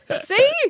See